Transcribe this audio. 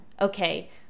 okay